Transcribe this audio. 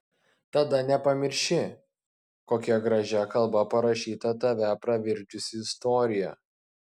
tada nepamirši kokia gražia kalba parašyta tave pravirkdžiusi istorija